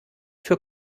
für